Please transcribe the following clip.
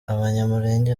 abanyamulenge